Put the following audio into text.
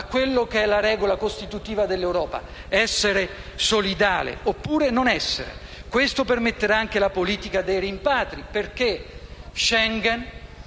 alla regola costitutiva dell'Europa: essere solidale oppure non essere. Questo permetterà anche la politica dei rimpatri, perché Schengen